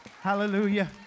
Hallelujah